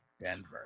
Denver